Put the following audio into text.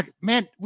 man